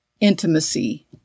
intimacy